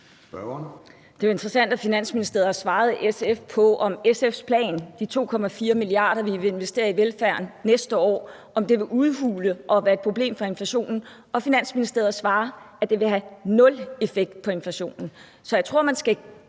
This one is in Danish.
Det er interessant, hvad Finansministeriet har svaret SF på, om SF's plan med de 2,4 mia. kr., vi vil investere i velfærden næste år, vil udhule og være et problem for inflationen. Og Finansministeriet svarer, at det vil have nul effekt på inflationen. Så jeg tror, man skal